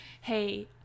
Hey